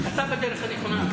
אתה בדרך הנכונה.